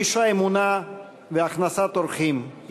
איש אמונה והכנסת אורחים,